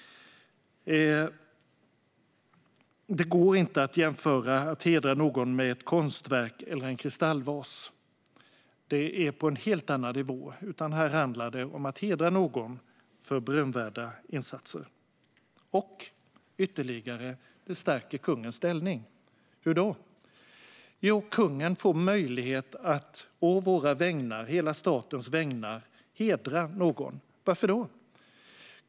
Det går inte att jämföra detta med att hedra någon med ett konstverk eller en kristallvas. Detta är på en helt annan nivå. Här handlar det om att hedra någon för berömvärda insatser, och det stärker ytterligare kungens ställning. Hur då? Jo, kungen får möjlighet att å hela statens vägnar hedra någon. Varför då?